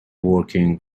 working